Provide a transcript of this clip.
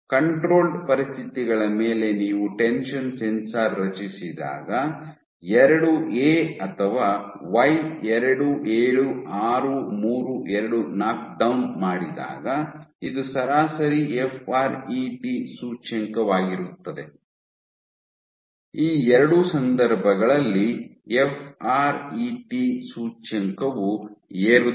controlled ಪರಿಸ್ಥಿತಿಗಳ ಮೇಲೆ ನೀವು ಟೆನ್ಷನ್ ಸೆನ್ಸಾರ್ ರಚಿಸಿದಾಗ IIA ಅಥವಾ ವೈ 27632 ನಾಕ್ಡೌನ್ ಮಾಡಿದಾಗ ಇದು ಸರಾಸರಿ ಎಫ್ ಆರ್ ಇ ಟಿ ಸೂಚ್ಯಂಕವಾಗಿರುತ್ತದೆ ಈ ಎರಡೂ ಸಂದರ್ಭಗಳಲ್ಲಿ ಎಫ್ ಆರ್ ಇ ಟಿ ಸೂಚ್ಯಂಕವು ಏರುತ್ತದೆ